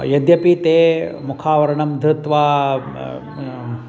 यद्यपि ते मुखावरणं धृत्वा